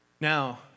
Now